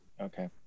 Okay